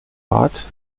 ort